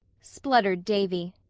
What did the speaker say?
spluttered davy.